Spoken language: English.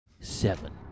Seven